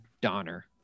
donner